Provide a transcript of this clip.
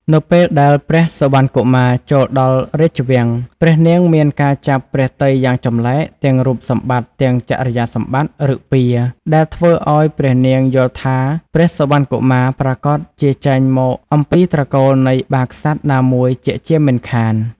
នៅពេលដែលព្រះសុវណ្ណកុមារចូលដល់រាជវាំង ព្រះនាងមានការចាប់ព្រះទ័យយ៉ាងចម្លែក ទាំងរូបសម្បត្តិ ទាំងចរិយាសម្បត្តិ ឫកពា ដែលធ្វើឱ្យព្រះនាងយល់ថាព្រះសុវណ្ណកុមារប្រាកដជាចេញមកអំពីត្រកូលនៃបាក្សត្រណាមួយជាក់ជាមិនខាន។